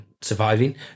surviving